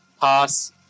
Pass